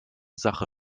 sache